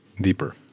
deeper